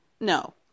no